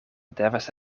devas